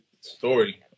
story